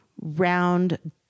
round